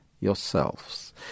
Yourselves